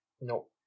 No